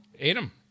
Adam